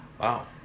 wow